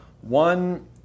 one